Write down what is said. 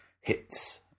hits